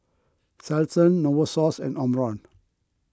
Selsun Novosource and Omron